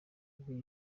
ubwenge